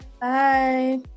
Bye